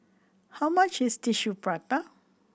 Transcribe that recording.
how much is Tissue Prata